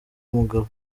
umugabo